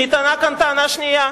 נטענה גם טענה שנייה,